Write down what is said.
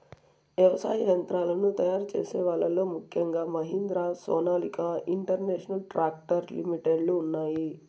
వ్యవసాయ యంత్రాలను తయారు చేసే వాళ్ళ లో ముఖ్యంగా Mahindra, Sonalika international tractor limited లు ఉన్నాయి